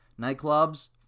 nightclubs